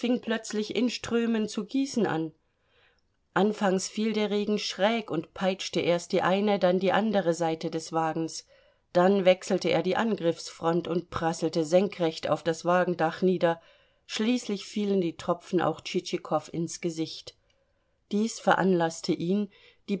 plötzlich in strömen zu gießen an anfangs fiel der regen schräg und peitschte erst die eine und dann die andere seite des wagens dann wechselte er die angriffsfront und prasselte senkrecht auf das wagendach nieder schließlich fielen die tropfen auch tschitschikow ins gesicht dies veranlaßte ihn